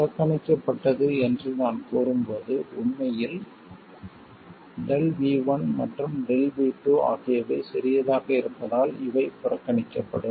புறக்கணிக்கப்பட்டது என்று நான் கூறும்போது உண்மையில் ΔV1 மற்றும் ΔV2 ஆகியவை சிறியதாக இருப்பதால் இவை புறக்கணிக்கப்படும்